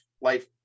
life